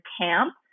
camp